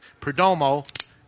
Perdomo